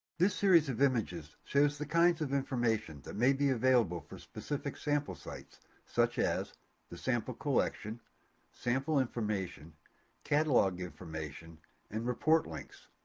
this series of images shows the kinds of information that may be available for specific sample sites such as the sample collection sample information catalog information and report links.